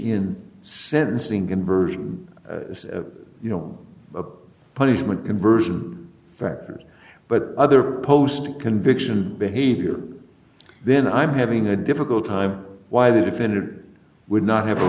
in sentencing conversion you know a punishment conversion factors but other post conviction behavior then i'm having a difficult time why that if it would not have a